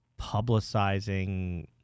publicizing